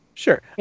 Sure